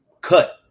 cut